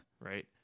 Right